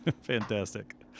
Fantastic